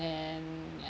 then ya~